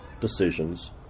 decisions